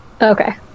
Okay